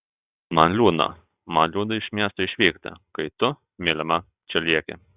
man liūdna man liūdna iš miesto išvykti kai tu mylima čia lieki